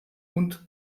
und